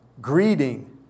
greeting